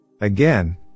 Again